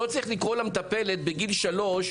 לא צריך לקרוא למטפלת בגיל שלוש,